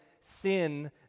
sin